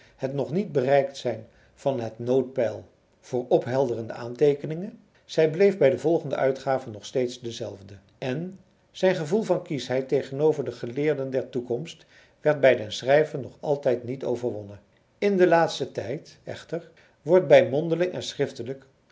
het nog niet bereikt zijn van het noodpeil voor ophelderende aanteekeningen zij bleef bij volgende uitgaven nog steeds dezelfde en zijn gevoel van kieschheid tegenover de geleerden der toekomst werd bij den schrijver nog altijd niet overwonnen in den laatsten tijd echter wordt hij mondeling en schriftelijk